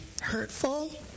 hurtful